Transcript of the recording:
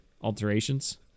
alterations